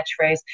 catchphrase